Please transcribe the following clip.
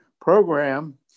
program